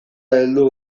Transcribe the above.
heldu